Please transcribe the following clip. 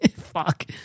Fuck